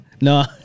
no